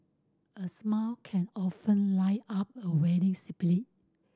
a smile can often up a weary spirit